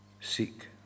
seek